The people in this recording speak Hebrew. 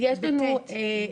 בסעיף קטן (ט).